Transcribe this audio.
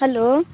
hello